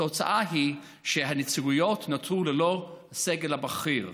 התוצאה היא שהנציגויות נותרו ללא הסגל הבכיר.